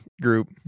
group